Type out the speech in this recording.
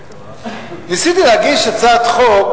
ניסיתי להגיש הצעת חוק